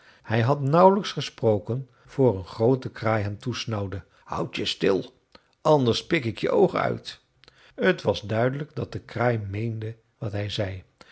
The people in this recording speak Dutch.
hij had nauwelijks uitgesproken voor een groote kraai hem toesnauwde houd je stil anders pik ik je de oogen uit t was duidelijk dat de kraai meende wat hij zei